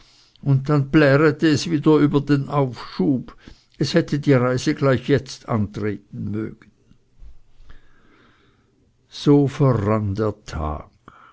und dann plärete es wieder über den aufschub es hätte die reise gleich jetzt antreten mögen so verrann der tag